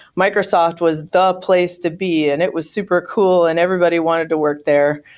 microsoft was the place to be and it was super cool and everybody wanted to work there.